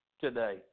today